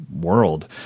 world